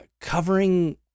covering